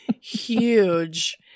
huge